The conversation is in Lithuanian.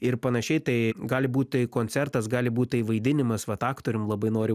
ir panašiai tai gali būt tai koncertas gali būt tai vaidinimas vat aktorium labai noriu